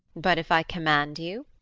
but if i command you?